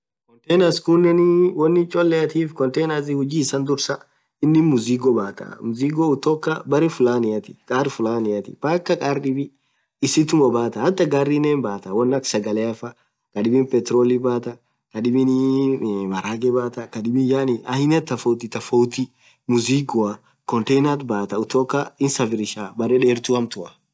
Containers khunen wonn inin choleathif containers huji issa dursaa inin mzigo bathaaa mzigo kutoka berre fulaniathi paka kharr dhibb isitum woo bathaaa garinen hinbathaa wonn akha sagaleafaa kadhib petrolii bathaa kadhibin maragheee bathaaa kadhin yaani aina tofauti tofauti mzigoa container bathaaa kutoka hisafirishaa berre dherthu hamtua